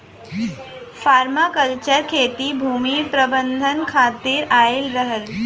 permaculture खेती भूमि प्रबंधन खातिर आयल रहल